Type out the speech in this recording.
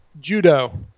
Judo